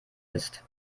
ist